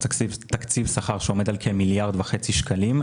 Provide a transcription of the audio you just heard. תקציב שכר שעומד על כמיליארד וחצי שקלים.